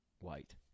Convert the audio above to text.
White